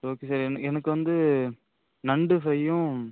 okay sir என் எனக்கு வந்து நண்டு ஃப்ரையும்